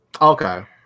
Okay